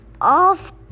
Off